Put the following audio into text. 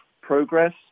progress